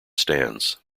stands